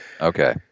Okay